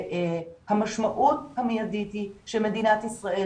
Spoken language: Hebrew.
המשמעות המיידית היא שמדינת ישראל